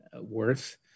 worth